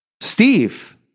Steve